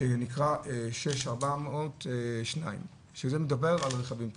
שנקרא 6400-2, שזה מדבר על רכבים פרטיים.